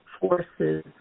forces